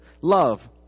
love